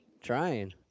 Trying